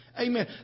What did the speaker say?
Amen